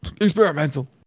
Experimental